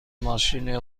ماشین